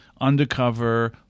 Undercover